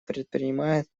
предпринимает